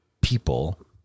people